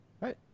right